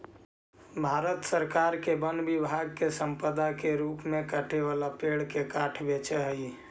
भारत सरकार के वन विभाग वन्यसम्पदा के रूप में कटे वाला पेड़ के काष्ठ बेचऽ हई